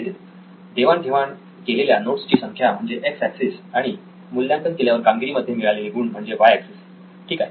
नितीन देवाण घेवाण केलेल्या नोट्स ची संख्या म्हणजे एक्स ऍक्सिस आणि मूल्यांकन केल्यावर कामगिरीमध्ये मिळालेले गुण म्हणजे वाय ऍक्सिस ठीक आहे